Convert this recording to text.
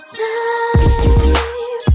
time